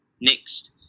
Next